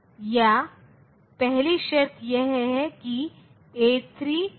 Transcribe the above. combination circuit का मतलब है कि वहाँ कोई मेमोरी नहीं है